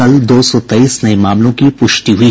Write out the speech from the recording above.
कल दो सौ तेईस नये मामलों की पुष्टि हुयी